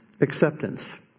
Acceptance